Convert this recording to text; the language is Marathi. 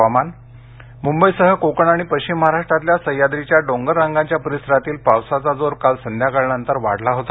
हुवामान मुंबईसह कोकण आणि पश्चिम महाराष्ट्रातल्या सह्याद्रीच्या डोंगररांगांच्या परिसरातील पावसाचा जोर काल संध्याकाळनंतर वाढला होता